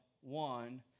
one